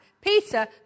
Peter